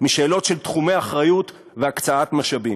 משאלות של תחומי אחריות והקצאת משאבים.